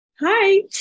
hi